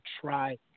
try